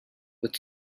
with